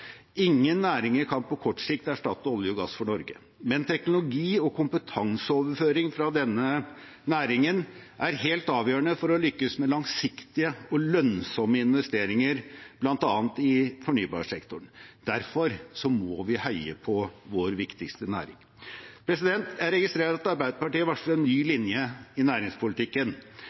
Ingen næringer kan på kort sikt erstatte olje- og gass for Norge. Men teknologi- og kompetanseoverføring fra denne næringen er helt avgjørende for å lykkes med langsiktige og lønnsomme investeringer i bl.a. fornybarsektoren. Derfor må vi heie på vår viktigste næring. Jeg registrerer at Arbeiderpartiet varsler en ny linje i næringspolitikken